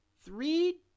Three